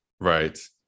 Right